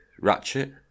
ratchet